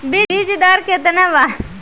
बीज दर केतना वा?